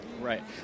Right